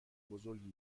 بزرگی